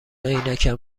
عینکم